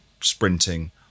sprinting